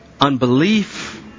unbelief